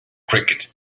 cricket